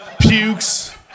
Pukes